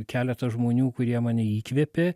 keletą žmonių kurie mane įkvėpė